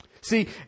see